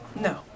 No